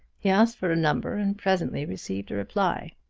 he asked for a number and presently received a reply.